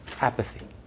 apathy